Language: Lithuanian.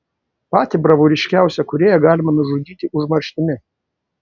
patį bravūriškiausią kūrėją galima nužudyti užmarštimi